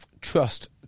trust